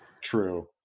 True